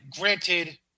granted